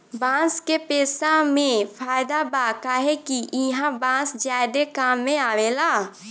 बांस के पेसा मे फायदा बा काहे कि ईहा बांस ज्यादे काम मे आवेला